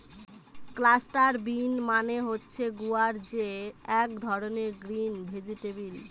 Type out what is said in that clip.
cluster bean মানে হচ্ছে গুয়ার যে এক ধরনের গ্রিন ভেজিটেবল